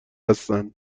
هستند